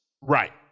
Right